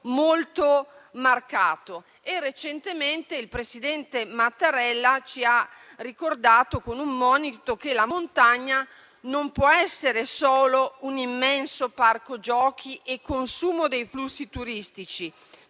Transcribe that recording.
molto marcato. Recentemente, il presidente Mattarella ci ha ricordato, con un monito, che la montagna non può essere solo un immenso parco giochi e consumo dei flussi turistici,